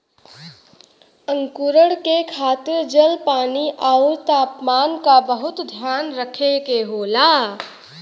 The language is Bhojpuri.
अंकुरण के खातिर जल, पानी आउर तापमान क बहुत ध्यान रखे के होला